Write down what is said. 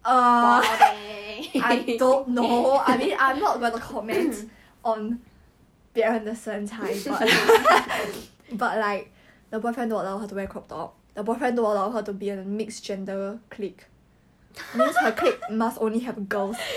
我会 sian 的 like !huh! 六个小时 ah 你自己去 lah 你要回家你跟我讲 ah it's obsessive sia then after that um at first we didn't know he was waiting downstairs then venus was like oh my boyfriend is downstairs waiting for me then cliff was like